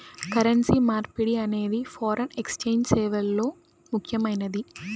currency మార్పిడి అనేది foreign exchange సేవల్లో ముఖ్యమైనది